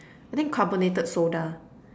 I think carbonated soda